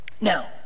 Now